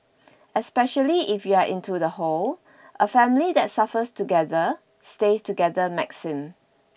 especially if you are into the whole a family that suffers together stays together maxim